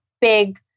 big